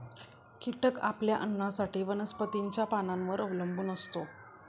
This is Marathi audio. कीटक आपल्या अन्नासाठी वनस्पतींच्या पानांवर अवलंबून असतो